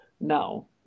now